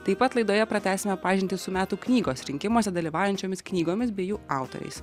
taip pat laidoje pratęsime pažintį su metų knygos rinkimuose dalyvaujančiomis knygomis bei jų autoriais